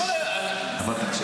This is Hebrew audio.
אבל תקשיב,